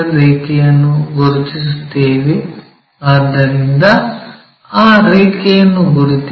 ರೇಖೆಯನ್ನು ಗುರುತಿಸುತ್ತೇವೆ ಆದ್ದರಿಂದ ಆ ರೇಖೆಯನ್ನು ಗುರುತಿಸಿ